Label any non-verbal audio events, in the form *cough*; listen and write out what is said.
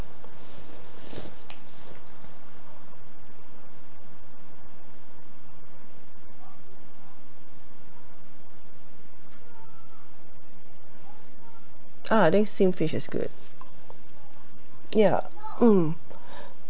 ah I think steamed fish is good ya mm *breath*